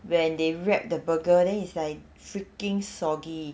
when they wrap the burger then it's like freaking soggy